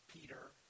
Peter